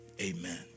Amen